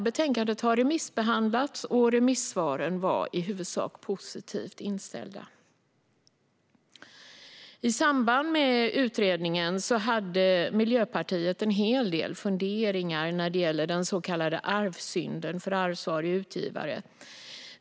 Betänkandet har remissbehandlats, och remissvaren var i huvudsak positivt inställda. I samband med utredningen hade Miljöpartiet en hel del funderingar när det gäller den så kallade arvsynden för ansvariga utgivare.